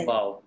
Wow